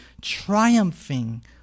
triumphing